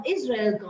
Israel